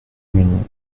une